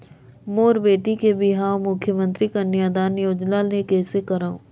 मोर बेटी के बिहाव मुख्यमंतरी कन्यादान योजना ले कइसे करव?